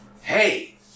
hey